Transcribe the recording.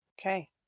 okay